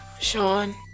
Sean